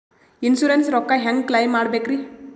Insurance ರೊಕ್ಕ ಹೆಂಗ claim ಮಾಡ್ಬೇಕ್ರಿ?